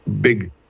big